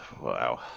Wow